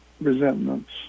resentments